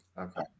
okay